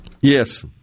Yes